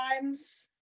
times